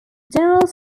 general